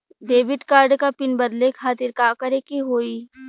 Debit card क pin बदले खातिर का करेके होई?